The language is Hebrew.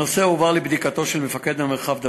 הנושא הועבר לבדיקתו של מפקד מרחב דוד,